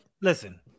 Listen